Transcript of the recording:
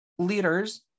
Leaders